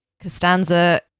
Costanza